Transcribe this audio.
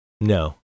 No